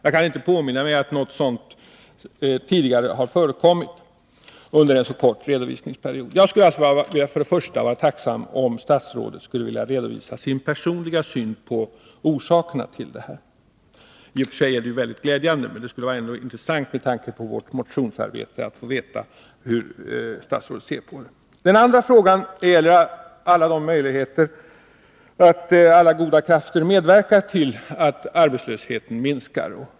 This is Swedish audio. Jag kan inte påminna mig att något sådant tidigare har förekommit under en så kort redovisningsperiod. Jag skulle vara tacksam om statsrådet ville redovisa sin personliga syn på orsakerna till detta. I och för sig är nedgången mycket glädjande, men med tanke på vårt motionsarbete skulle det ändå vara intressant att få veta hur statsrådet ser på denna minskning. Den andra frågan gäller alla de möjligheter som finns att alla goda krafter skall kunna medverka till att minska arbetslösheten.